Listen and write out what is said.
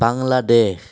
Bangladesh